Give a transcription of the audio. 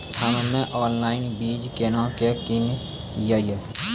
हम्मे ऑनलाइन बीज केना के किनयैय?